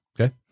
Okay